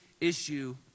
issue